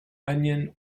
onion